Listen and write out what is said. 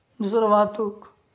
दुसरं वाहतूक